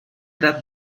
that